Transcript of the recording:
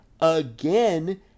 again